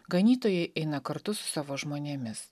ganytojai eina kartu su savo žmonėmis